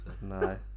no